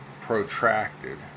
protracted